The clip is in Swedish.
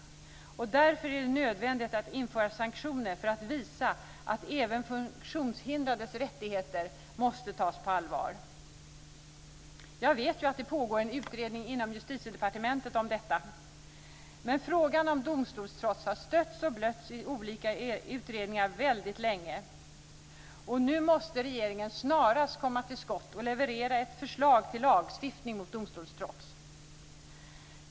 Därför är det nödvändigt att införa sanktioner för att visa att även funktionshindrades rättigheter måste tas på allvar. Jag vet att det pågår en utredning inom Justitiedepartementet om detta, men frågan om domstolstrots har ju stötts och blötts i olika utredningar väldigt länge. Nu måste regeringen snarast komma till skott och leverera ett förslag till lagstiftning mot domstolstrots!